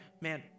Man